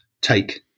take